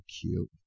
cute